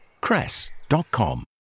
cress.com